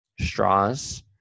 straws